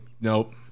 nope